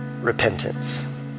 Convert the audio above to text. repentance